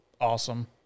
awesome